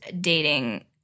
dating